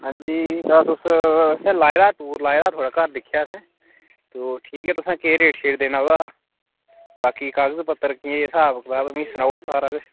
अंजी जनाब तुस असें लाए दा हा टूर लाए दा हा थुआढ़ा घर दिक्खेआ असें तो ठीक ऐ तुसें केह् रेट शेट देना ओह्दा बाकी कागज पत्तर केह् स्हाब् कताब ऐ मी सनाई ओड़ो सारा किश